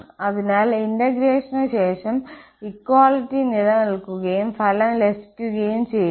അതിനാൽ ഇന്റഗ്രേഷൻ ശേഷം ഇക്വാലിറ്റി നിലനിൽക്കുകയും ഫലം ലഭിക്കുകയും ചെയ്യുന്നു